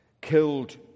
killed